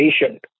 patient